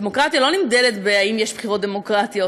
דמוקרטיה לא נמדדת בשאלה אם יש בחירות דמוקרטיות,